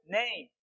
name